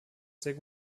sehr